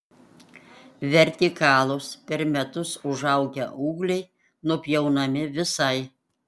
vertikalūs per metus užaugę ūgliai nupjaunami visai